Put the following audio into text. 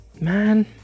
Man